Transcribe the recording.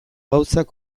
gauzak